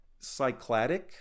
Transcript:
Cycladic